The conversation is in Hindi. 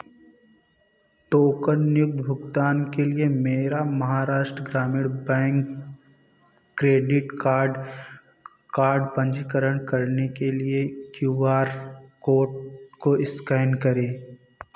टोकनयुक्त भुगतान के लिए मेरा Maharashtra Gramin bank credit card card पंजीकरण करने के लिए क्यू आर कोड को स्कैन करें